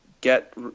get